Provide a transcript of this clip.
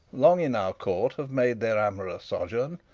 long in our court have made their amorous sojourn,